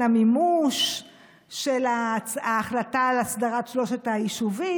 המימוש של ההחלטה על הסדרת שלושת הישובים,